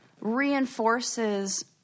reinforces